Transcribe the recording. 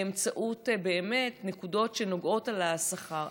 באמצעות נקודות שנוגעות בשכר.